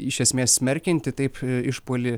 iš esmės smerkianti taip išpuolį